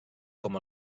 com